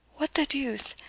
what the deuce!